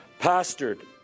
pastored